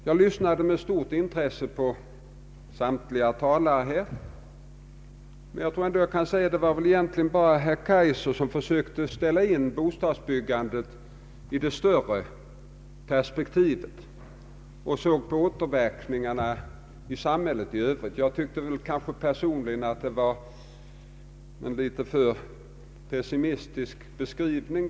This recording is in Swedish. Jag har med stort intresse lyssnat till samtliga talare, men jag tror att det egentligen endast är herr Kaijser som försökt ställa in bostadsbyggandet i ett större perspektiv och såg på återverkningarna i samhället i övrigt. Personligen tyckte jag att det var en något för pessimistisk beskrivning.